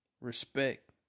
respect